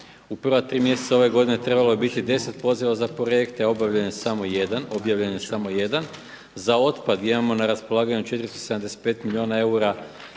U prva tri mjeseca ove godine trebalo je biti 10 poziva za projekte, a objavljen je samo jedan, za otpad imamo na raspolaganje 475 milijuna eura